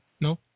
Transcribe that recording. No